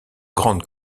grande